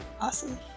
Awesome